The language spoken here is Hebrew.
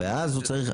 ואז הוא צריך,